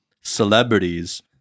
celebrities